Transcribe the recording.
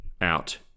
out